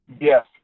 Yes